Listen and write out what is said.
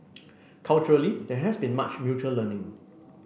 culturally there has been much mutual learning